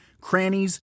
crannies